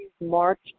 March